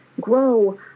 grow